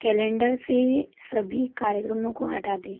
calendar से सभी कार्यक्रमों को हटा दें